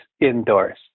indoors